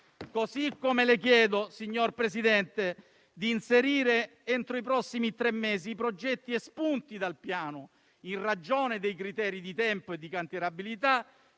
Le chiedo ancora, signor Presidente, di inserire entro i prossimi tre mesi i progetti espunti dal Piano in ragione dei criteri di tempo e di cantierabilità,